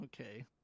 Okay